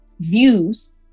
views